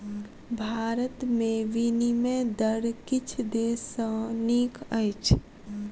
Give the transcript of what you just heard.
भारत में विनिमय दर किछ देश सॅ नीक अछि